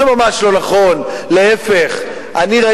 זה ממש לא נכון,